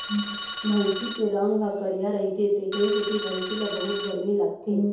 भइसी के रंग ह करिया रहिथे तेखरे सेती भइसी ल बहुत गरमी लागथे